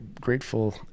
grateful